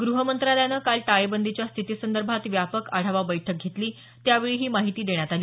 गृह मंत्रालयानं काल टाळेबंदीच्या स्थितीसंदर्भात व्यापक आढावा बैठक घेतली त्यावेळी ही माहिती देण्यात आली